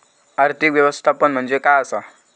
आर्थिक व्यवस्थापन म्हणजे काय असा?